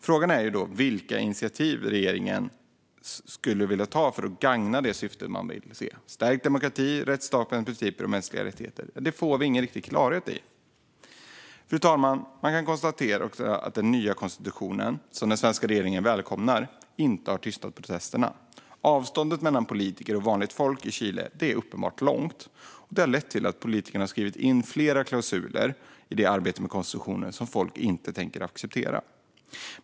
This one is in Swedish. Frågan är då vilka initiativ regeringen skulle vilja ta för att gagna syftet att stärka demokrati, rättsstatens principer och mänskliga rättigheter, men det får vi ingen riktig klarhet i. Fru talman! Man kan också konstatera att den nya konstitutionen, som den svenska regeringen välkomnar, inte har tystat protesterna. Avståndet mellan politiker och vanligt folk i Chile är uppenbart långt. Det har lett till att politikerna skrivit in flera klausuler i arbetet med konstitutionen som folket inte tänker acceptera.